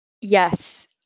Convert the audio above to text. yes